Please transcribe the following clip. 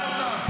תודה רבה.